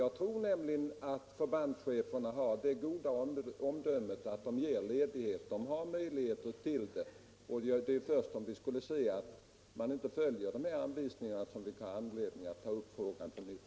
Jag tror nämligen att förbandscheferna har det goda omdömet att de ger ledighet. De har möjligheter till det, och det är först om man skulle se att de inte följer anvisningarna som vi har anledning att ta upp frågan på nytt.